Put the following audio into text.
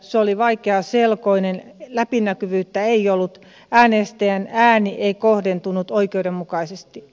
se oli vaikeaselkoinen läpinäkyvyyttä ei ollut äänestäjän ääni ei kohdentunut oikeudenmukaisesti